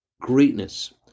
greatness